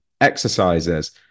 exercises